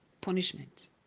punishment